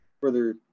further